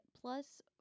plus